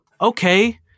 Okay